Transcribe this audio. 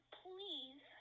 please